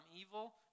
evil